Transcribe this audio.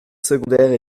secondaire